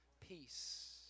Peace